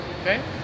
okay